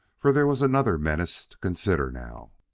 for there was another menace to consider now.